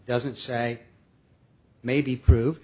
doesn't say may be prove